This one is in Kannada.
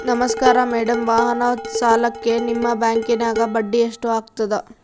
ನಮಸ್ಕಾರ ಮೇಡಂ ವಾಹನ ಸಾಲಕ್ಕೆ ನಿಮ್ಮ ಬ್ಯಾಂಕಿನ್ಯಾಗ ಬಡ್ಡಿ ಎಷ್ಟು ಆಗ್ತದ?